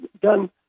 done